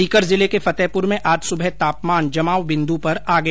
सीकर जिले के फतेहपुर में आज सुबह तापमान जमावबिन्दु पर आ गया